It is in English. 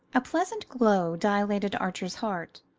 a pleasant glow dilated archer's heart.